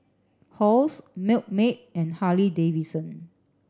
Halls Milkmaid and Harley Davidson